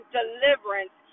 deliverance